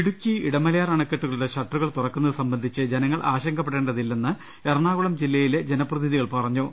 ഇടുക്കി ഇടമലയാർ അണക്കെട്ടുകളുടെ ഷട്ടറുകൾ തുറക്കുന്നത് സംബന്ധിച്ച് ജന ങ്ങൾ ആശങ്കപ്പെടേണ്ടതില്ലെന്ന് എറണാകുളം ജില്ലയിലെ ജനപ്രതിനിധികൾ പറഞ്ഞു